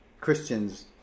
Christians